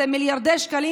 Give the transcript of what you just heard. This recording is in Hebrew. זה מיליארדי שקלים.